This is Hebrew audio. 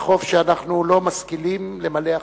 חוב שאנחנו לא משכילים למלא אחריו.